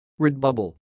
Redbubble